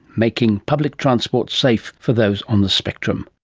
making public transport safe for those on the spectrum